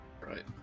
Right